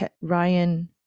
Ryan